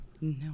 No